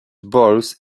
balls